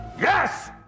Yes